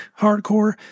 hardcore